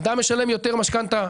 אדם משלם יותר משכנתה,